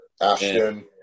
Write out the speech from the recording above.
Ashton